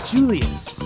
Julius